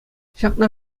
ҫакна